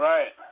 Right